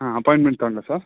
ಹಾಂ ಅಪಾಂಯ್ಟ್ಮೆಂಟ್ ತಗಳ್ಲ ಸರ್